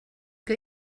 que